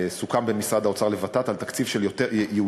סוכם בין משרד האוצר לוות"ת על תקציב ייעודי